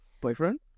Boyfriend